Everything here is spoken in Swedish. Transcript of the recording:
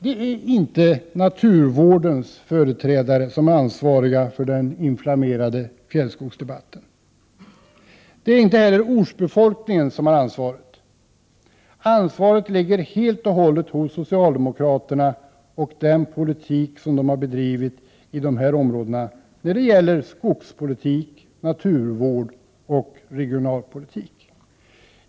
Det är inte naturvårdens företrädare som är ansvariga för den inflammerade fjällskogsdebatten. Det är inte heller ortsbefolkningen som har ansvaret. Ansvaret ligger helt och hållet hos socialdemokraterna och på den politik som de har bedrivit i de här områdena när det gäller skogspolitik, naturvård och regionalpolitik.